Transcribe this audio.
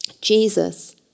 Jesus